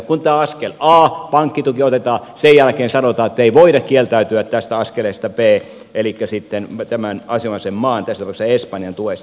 kun tämä askel a pankkituki otetaan sen jälkeen sanotaan että ei voida kieltäytyä tästä askeleesta b elikkä tämän asianomaisen maan tässä tapauksessa espanjan tuesta